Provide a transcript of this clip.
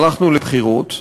הלכנו לבחירות.